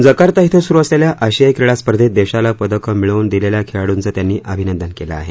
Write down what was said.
Jakarta िं सुरू असलेल्या आशियाई क्रीडा स्पर्धेत देशाला पदकं मिळवून दिलेल्या खेळाडूंचं त्यांनी अभिनंदन केलं आहे